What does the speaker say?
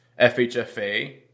FHFA